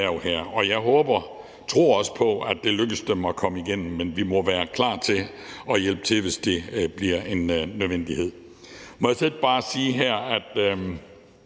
Og jeg håber og tror også på, at det lykkes for dem at komme igennem det, men vi må være klar til at hjælpe, hvis det bliver nødvendigt Må jeg så ikke bare sige, at